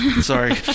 Sorry